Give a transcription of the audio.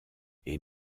est